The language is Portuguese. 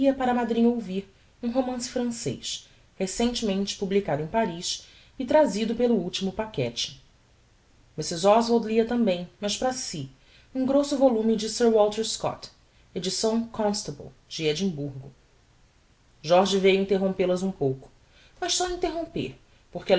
para a madrinha ouvir um romance francez recentemente publicado em paris e trazido pelo ultimo paquete mrs oswald lia tambem mas para si um grosso volume de sir walter scott edição constable de edimburgo jorge veiu interrompel as um pouco mas só interromper porque